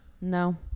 No